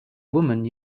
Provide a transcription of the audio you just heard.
woman